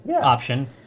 option